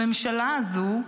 הממשלה הזו,